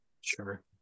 sure